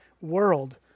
world